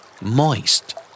Moist